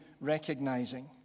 recognizing